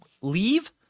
leave